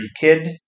kid